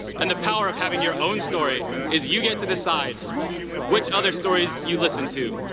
and the power of having your own story is you get to decide which other stories you listen to,